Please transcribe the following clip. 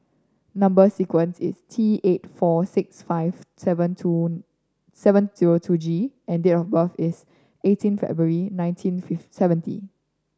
number sequence is T eight four six five seven two seven zero two G and date of birth is eighteen February nineteen seventy